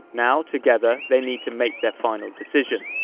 now together they need to make their final decision.